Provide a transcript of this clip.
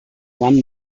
won